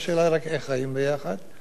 אז כל אחד שיוותר קצת על החלומות.